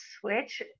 switch